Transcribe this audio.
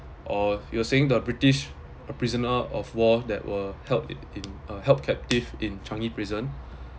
or you were saying the british a prisoner of war that were held it in uh held captive in changi prison